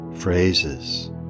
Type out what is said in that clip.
Phrases